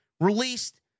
released